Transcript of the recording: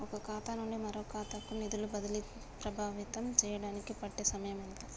ఒక ఖాతా నుండి మరొక ఖాతా కు నిధులు బదిలీలు ప్రభావితం చేయటానికి పట్టే సమయం ఎంత?